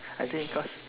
I think cause